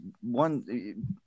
one